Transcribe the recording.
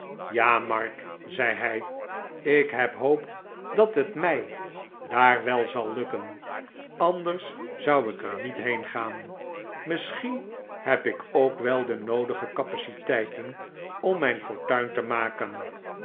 ja mark zei hij ik heb hoop dat het mij daar wel zal lukken anders zou ik er niet heengaan misschien heb ik ook wel de noodige capaciteiten om mijn fortuin te maken